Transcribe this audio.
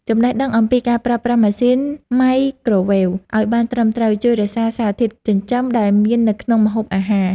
ចំណេះដឹងអំពីការប្រើប្រាស់ម៉ាស៊ីន ម៉ៃក្រូវ៉េវ ឱ្យបានត្រឹមត្រូវជួយរក្សាសារធាតុចិញ្ចឹមដែលមាននៅក្នុងម្ហូបអាហារ។